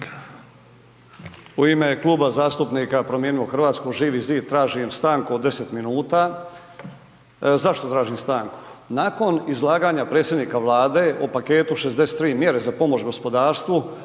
U ime Kluba zastupnika Promijenimo Hrvatsku, Živi zid tražim stanku od deset minuta. Zašto tražim stanku? Nakon izlaganja predsjednika Vlade o paketu 63 mjere za pomoć gospodarstvu